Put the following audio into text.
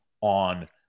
on